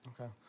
Okay